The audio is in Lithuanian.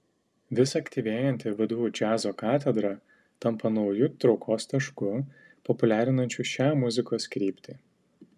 vis aktyvėjanti vdu džiazo katedra tampa nauju traukos tašku populiarinančiu šią muzikos kryptį